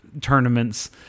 tournaments